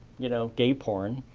you know, gay porn.